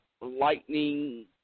lightning